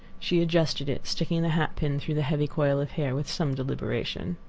she adjusted it, sticking the hat pin through the heavy coil of hair with some deliberation.